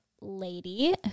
lady